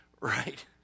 right